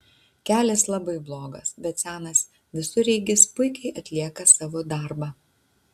kelias labai blogas bet senas visureigis puikiai atlieka savo darbą